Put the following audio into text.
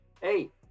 hey